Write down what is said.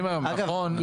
אגב,